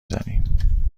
زنیم